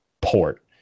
port